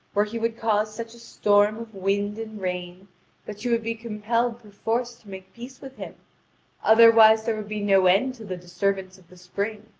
where he would cause such a storm of wind and rain that she would be compelled perforce to make peace with him otherwise, there would be no end to the disturbance of the spring,